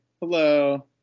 Hello